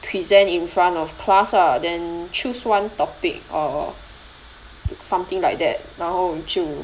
present in front of class ah then choose one topic or something like that 然后就